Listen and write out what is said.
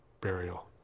burial